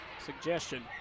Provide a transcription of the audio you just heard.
suggestion